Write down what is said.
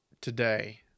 today